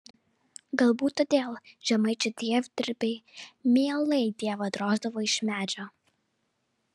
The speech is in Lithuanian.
galbūt todėl žemaičių dievdirbiai mielai dievą droždavo iš medžio